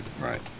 Right